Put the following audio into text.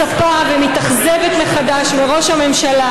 מצפה ומתאכזבת מחדש מראש הממשלה,